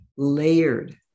layered